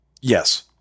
Yes